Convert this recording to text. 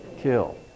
kill